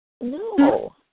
No